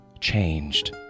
changed